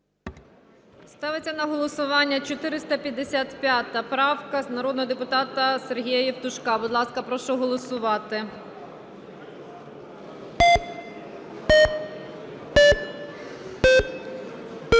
Ставиться на голосування 455 правка народного депутата Сергія Євтушка. Будь ласка, прошу голосувати. 17:17:13